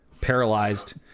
paralyzed